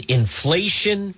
inflation